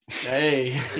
Hey